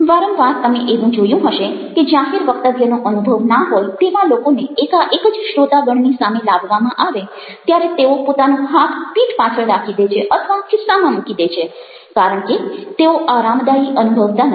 વારંવાર તમે એવું જોયું હશે કે જાહેર વક્તવ્યનો અનુભવ ના હોય તેવા લોકોને એકાએક જ શ્રોતાગણની સામે લાવવામાં આવે ત્યારે તેઓ પોતાનો હાથ પીઠ પાછળ રાખી દે છે અથવા ખિસ્સામાં મૂકી દે છે કારણ કે તેઓ આરામદાયી અનુભવતા નથી